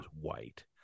white